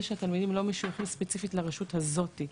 שהתלמידים לא שייכים ספציפית לרשות הזאתי,